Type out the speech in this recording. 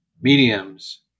mediums